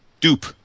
Dupe